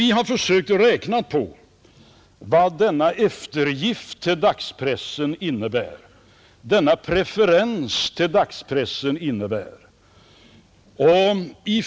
Vi har försökt räkna på vad denna eftergift, denna preferens innebär för dagspressen.